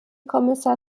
kommissar